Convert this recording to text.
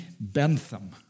Bentham